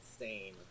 insane